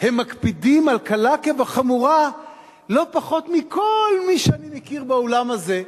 הם מקפידים על קלה כחמורה לא פחות מכל מי שאני מכיר באולם הזה,